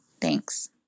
Thanks